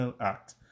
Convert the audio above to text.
act